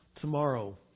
tomorrow